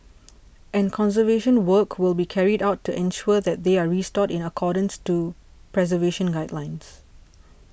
and conservation work will be carried out to ensure that they are restored in accordance to preservation guidelines